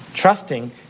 Trusting